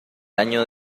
año